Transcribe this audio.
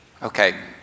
Okay